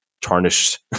tarnished